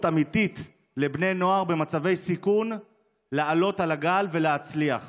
אמיתית לבני נוער במצבי סיכון לעלות על הגל ולהצליח